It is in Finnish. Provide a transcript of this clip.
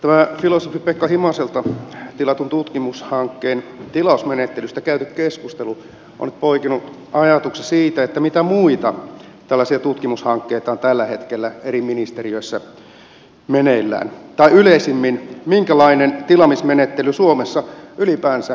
tämä filosofi pekka himaselta tilatun tutkimushankkeen tilausmenettelystä käyty keskustelu on poikinut ajatuksen siitä mitä muita tällaisia tutkimushankkeita on tällä hetkellä eri ministeriöissä meneillään tai yleisemmin minkälainen tilaamismenettely suomessa ylipäänsä vallitsee